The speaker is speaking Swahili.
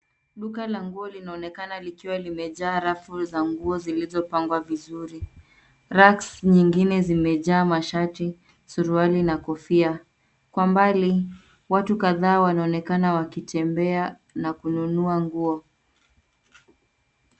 Duka la nguo linaonekana likiwa limejaa rafu za nguo zilizopangwa vizuri. Racks nyingine zimejaa mashati, suruali na kofia. Kwa mbali watu kadhaa wanaonekana wakitembea na kununua nguo.